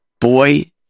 boy